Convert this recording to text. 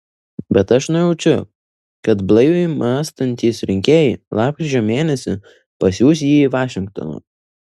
bet aš nujaučiu kad blaiviai mąstantys rinkėjai lapkričio mėnesį pasiųs jį į vašingtoną